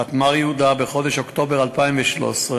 חטמ"ר יהודה, בחודש אוקטובר 2013,